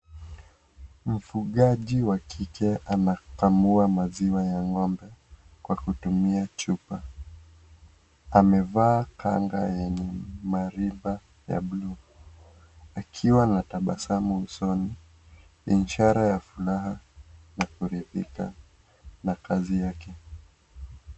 Mfugaji wa kike anakamua maziwa ya ng'ombe kwa kutumia chupa. Amevaa kanga yenye mariba ya buluu akiwa na tabasamu usoni. Ni ishara ya furaha na kuridhika na kazi yake.